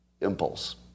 impulse